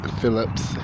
Phillips